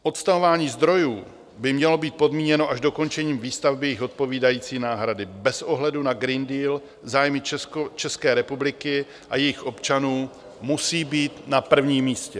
Odstavování zdrojů by mělo být podmíněno až dokončením výstavby jejich odpovídající náhrady bez ohledu na Green Deal; zájmy České republiky a jejích občanů musí být na prvním místě.